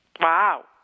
Wow